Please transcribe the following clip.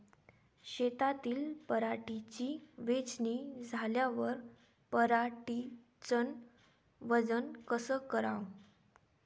शेतातील पराटीची वेचनी झाल्यावर पराटीचं वजन कस कराव?